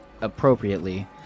appropriately